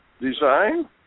design